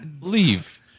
Leave